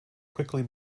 quickly